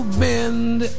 bend